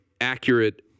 accurate